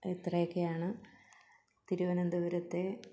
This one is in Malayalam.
ഇത്രയൊക്കെയാണ് തിരുവനന്തപുരത്തെ